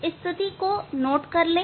इस स्थिति को नोट कर लें